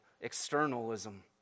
externalism